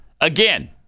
Again